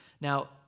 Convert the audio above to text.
Now